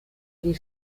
die